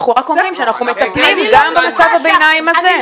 אנחנו רק אומרים שאנחנו מטפלים גם במצב הביניים הזה.